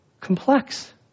complex